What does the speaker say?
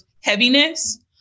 heaviness